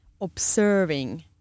observing